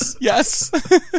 Yes